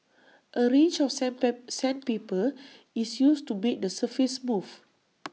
A range of sandpit sandpaper is used to make the surface smooth